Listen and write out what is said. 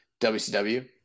WCW